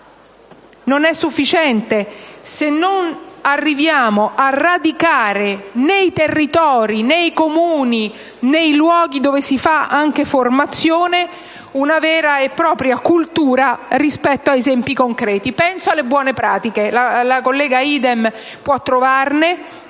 Non è sufficiente, se non arriviamo a radicare nei territori, nei Comuni, nei luoghi dove si fa anche formazione una vera e propria cultura, partendo da esempi concreti. Penso alle buone pratiche: la collega Idem può trovarne